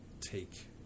take